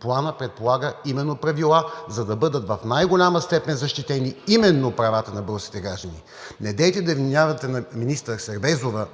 Планът предполага правила, за да бъдат в най-голяма степен защитени именно правата на българските граждани. Недейте да вменявате на министър Сербезова,